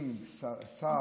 בתפקידים של שר,